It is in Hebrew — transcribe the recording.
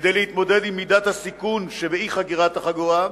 כדי להתמודד עם מידת הסיכון שבאי-חגירת החגורה,